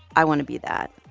i want to be that.